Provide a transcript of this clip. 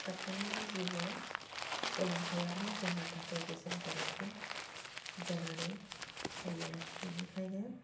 साफ्रोमनिबो जिउआव सोलोंथायानो जोंनि थाखाय बेसेन गोनांसिन जानानै फैयो बेनिखायनो